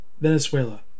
Venezuela